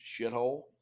shithole